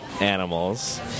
animals